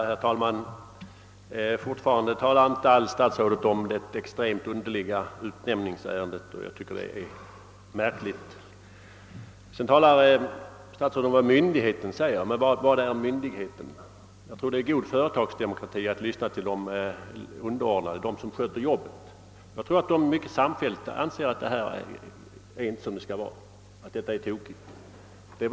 Herr talman! Fortfarande talar herr statsrådet inte alls om det extremt underliga utnämningsärendet, och jag tycker det är märkligt. Herr statsrådet åberopar vad myndigheten säger, men vad är myndigheten? Jag tror det är god företagsdemokrati att lyssna också till de underordnade, till dem som sköter jobbet. Jag tror att de samfällt anser att detta inte är som det skall vara.